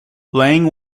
lange